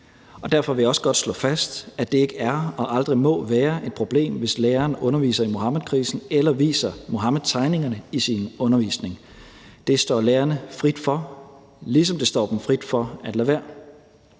og derfor vil jeg også godt slå fast, at det ikke er og aldrig må være et problem, hvis læreren underviser i Muhammedkrisen eller viser Muhammedtegningerne i sin undervisning. Det står lærerne frit for, ligesom det står dem frit for at lade være.